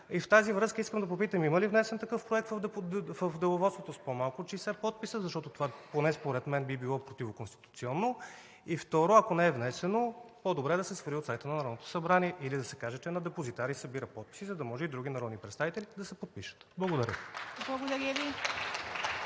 В тази връзка искам да попитам: има ли внесен такъв проект в Деловодството с по-малко от 60 подписа, защото поне според мен би било противоконституционно и, второ, ако не е внесен, по-добре е да се свали от сайта на Народното събрание или да се каже, че е на депозитар и събира подписи, за да може и други народни представители да се подпишат? Благодаря. (Ръкопляскания